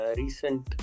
recent